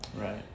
Right